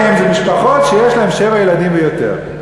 כמה מהן משפחות שיש להן שבעה ילדים ויותר?